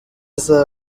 asaba